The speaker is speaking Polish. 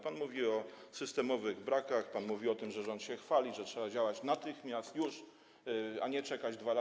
Pan mówi o systemowych brakach, pan mówi o tym, że rząd się chwali, że trzeba działać natychmiast, już, a nie czekać 2 lata.